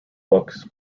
books